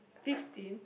fifteen